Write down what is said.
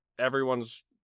Everyone's